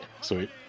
Sweet